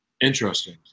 Interesting